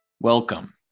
Welcome